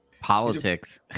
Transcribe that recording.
politics